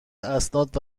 اسناد